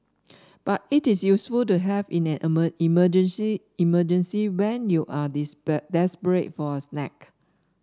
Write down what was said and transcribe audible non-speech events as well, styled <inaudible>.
but it is useful to have in an <unintelligible> emergency emergency when you are <unintelligible> desperate for a snack